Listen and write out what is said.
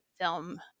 film